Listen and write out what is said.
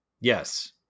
Yes